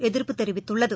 எதிர்ப்பு தெரிவித்துள்ளது